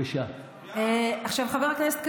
כשאני שאלתי אותה בפעם שעברה על פרויקטים בפריפריה שהיא מבטלת,